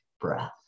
breath